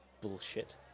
bullshit